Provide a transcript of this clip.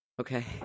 Okay